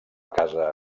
casa